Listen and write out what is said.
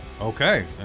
okay